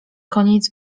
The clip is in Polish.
koniec